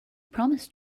promised